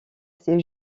ces